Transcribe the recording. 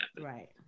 right